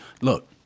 look